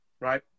right